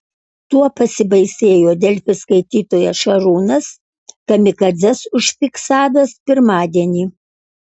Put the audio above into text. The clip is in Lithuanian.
tuo pasibaisėjo delfi skaitytojas šarūnas kamikadzes užfiksavęs pirmadienį